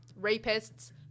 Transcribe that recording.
rapists